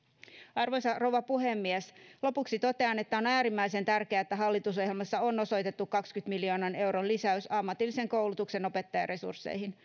arvoisa rouva puhemies lopuksi totean että on äärimmäisen tärkeää että hallitusohjelmassa on osoitettu kahdenkymmenen miljoonan euron lisäys ammatillisen koulutuksen opettajaresursseihin